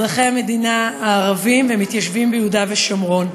אזרחי המדינה הערבים והמתיישבים ביהודה ושומרון.